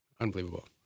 unbelievable